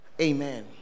Amen